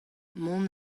mont